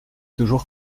toujours